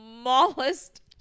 smallest